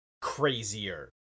crazier